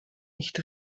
nicht